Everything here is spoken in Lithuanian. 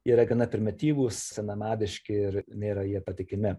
yra gana primityvūs senamadiški ir nėra jie patikimi